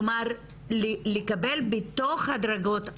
כלומר לקבל מתוך הדרגות השונות,